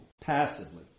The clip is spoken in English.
passively